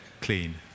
clean